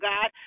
God